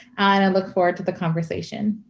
and i look forward to the conversation?